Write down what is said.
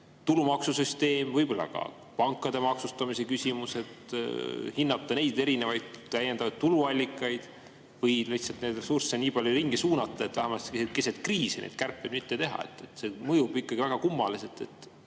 tulumaksusüsteem, võib-olla ka pankade maksustamise küsimus, hinnata neid täiendavaid tuluallikaid, või lihtsalt ressursse nii palju ringi suunata, et vähemasti keset kriisi neid kärpeid ei peaks tegema? See mõjub ikkagi väga kummaliselt, et